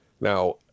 now